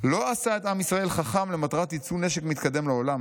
לא עשה את עם ישראל חכם למטרת יצוא נשק מתקדם לעולם.